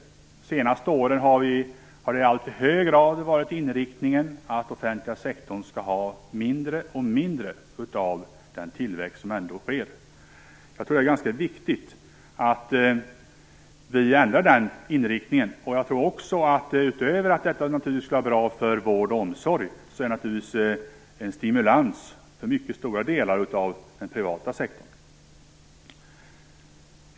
Under de senaste åren har inriktningen i allt högre grad varit att offentliga sektorn skall ha mindre och mindre del av den tillväxt som ändå sker. Jag tror att det är ganska viktigt att vi ändrar den inriktningen. Utöver att det skulle vara bra för vård och omsorg, vore det naturligtvis också en stimulans för mycket stora delar av den privata sektorn.